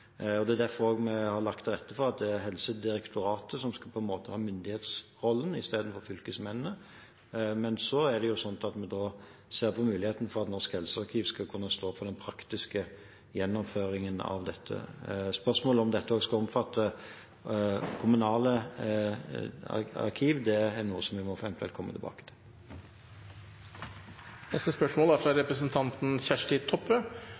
Det er også derfor vi har lagt til rette for at det er Helsedirektoratet som har myndighetsrollen istedenfor fylkesmennene. Men så er det slik at vi ser på muligheten for at Norsk helsearkiv skal kunne stå for den praktiske gjennomføringen av dette. Spørsmålet om dette også skal omfatte kommunale arkiv, er noe vi eventuelt må komme tilbake til. «Nasjonal overdosestrategi blir avslutta i 2017. Målet med strategien var å få ned talet på narkotikadødsfall. Målet er